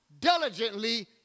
diligently